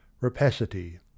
rapacity